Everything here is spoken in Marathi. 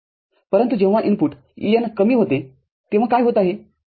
परंतु जेव्हा इनपुट EN कमी होते तेव्हा काय होत आहे